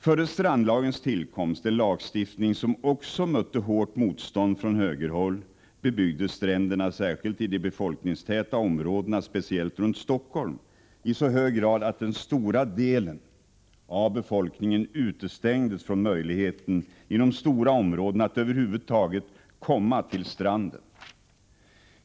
Före strandlagens tillkomst — en lagstiftning som också mötte hårt motstånd från högerhåll — bebyggdes stränderna, särskilt i de befolkningstäta områdena och mest runt Stockholm, i så hög grad att inom stora områden den stora delen av befolkningen utestängdes från möjligheten att över huvud taget komma till stranden.